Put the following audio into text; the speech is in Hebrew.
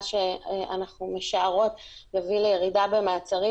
מה שאנחנו משערות מביא לירידה במעצרים